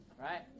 right